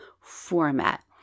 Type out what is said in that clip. format